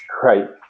Great